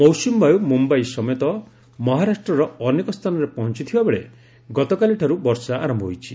ମୌସ୍ରମୀବାୟ ମୁମ୍ବାଇ ସମେତ ମହାରାଷ୍ଟ୍ରର ଅନେକ ସ୍ଥାନରେ ପହଞ୍ଚଥିବା ବେଳେ ଗତକାଲିଠାରୁ ବର୍ଷା ଆରମ୍ଭ ହୋଇଛି